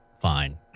fine